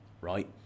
right